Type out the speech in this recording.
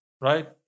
right